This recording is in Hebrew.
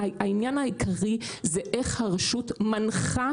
העניין העיקרי זה איך הרשות מנחה